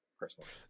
personally